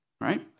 right